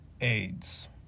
AIDS